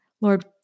Lord